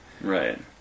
Right